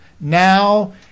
now